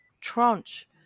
tranche